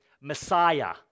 Messiah